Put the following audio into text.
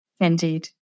Indeed